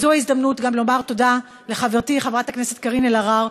וזו ההזדמנות גם לומר תודה לחברתי חברת הכנסת קארין אלהרר